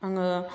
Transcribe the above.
आङो